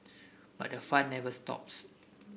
but the fun never stops